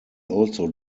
also